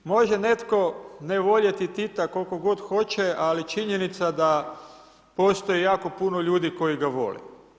Može netko ne voljeti Tita koliko god hoće, ali činjenica da postoji jako puno ljudi koji ga vole.